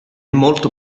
molto